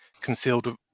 concealed